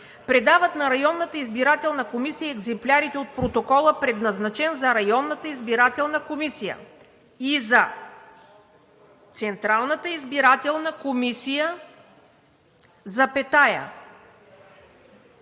предават на районната избирателна комисия екземплярите от протокола, предназначени за районната избирателна комисия и за Централната избирателна комисия, записващото